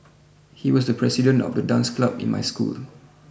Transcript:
he was the president of the dance club in my school